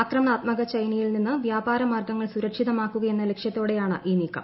അക്രമണാത്മക ചൈനയിൽ നിന്ന് വ്യാപാര മാർഗ്ഗങ്ങൾ സുരക്ഷിതമാക്കുകയെന്ന ലക്ഷ്യത്തോടെയാണ് ഇൌ നീക്കം